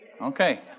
Okay